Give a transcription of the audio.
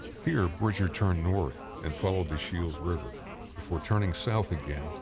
here bridger turned north and followed the shield river before turning south again,